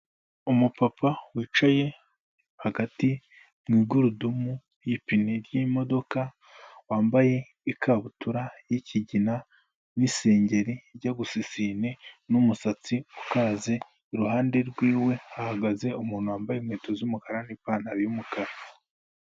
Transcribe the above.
Umupapa wicaye hagati mu igurudomu y'ipine ry'imodoka, wambaye ikabutura y'ikigina n'isengeri ijya gusa isine n'umusatsi ukaraze, iruhande rwiwe hahagaze umuntu wambaye inkweto z'umukara n'ipantaro y'umukara.